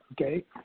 okay